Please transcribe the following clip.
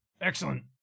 Excellent